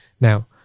Now